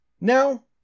Now